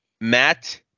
Matt